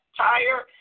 tire